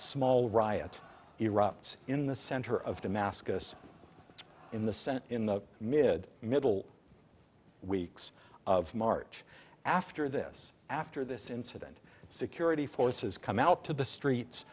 small riot erupts in the center of damascus in the senate in the mid middle weeks of march after this after this incident security forces come out to the streets